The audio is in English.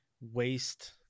waste